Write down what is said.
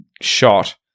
shot